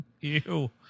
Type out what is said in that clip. Ew